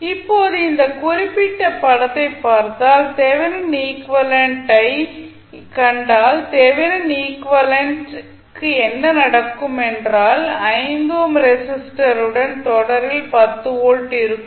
இப்போது இந்த குறிப்பிட்ட படத்தை பார்த்தால் தெவெனின் ஈக்விவலெண்ட் ஐ கண்டால் தெவெனின் ஈக்விவலெண்ட் க்கு என்ன நடக்கும் என்றால் 5 ஓம் ரெசிஸ்டருடன் தொடரில் 10 வோல்ட் இருக்கும்